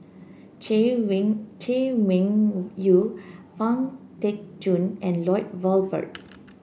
Chay Weng Chay Weng Woo Yew Pang Teck Joon and Lloyd Valberg